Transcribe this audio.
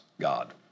God